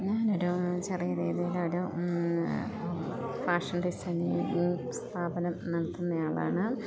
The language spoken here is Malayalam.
ഞാൻ ഒരു ചെറിയ രീതിയിൽ ഒരു ഫാഷൻ ഡിസൈനിങ്ങ് സ്ഥാപനം നടത്തുന്ന ആളാണ്